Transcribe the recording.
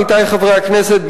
עמיתי חברי הכנסת,